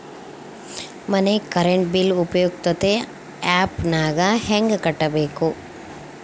ಮನೆ current bill ಉಪಯುಕ್ತತೆ app ನಾಗ ಹೆಂಗ ಕಟ್ಟಬೇಕು?